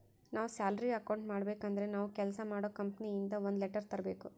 ನಾವ್ salary account ಮಾಡಬೇಕು ಅಂದ್ರೆ ನಾವು ಕೆಲ್ಸ ಮಾಡೋ ಕಂಪನಿ ಇಂದ ಒಂದ್ ಲೆಟರ್ ತರ್ಬೇಕು